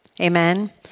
Amen